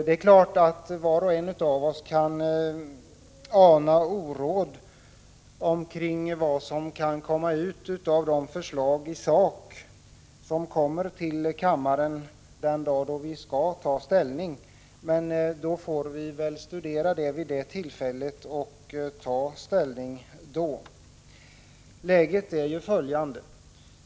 Vi kan naturligtvis alla ana oråd i fråga om de förslag som kommer till kammaren den dag då vi skall ta ställning i sakfrågan, men det återstår ju att se hur de förslagen ser ut. Läget är följande.